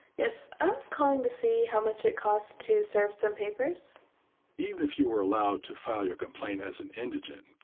yes, i was calling to see how much it costs to serve some papers? narrator even if you are allowed to file your complaint has an indigent,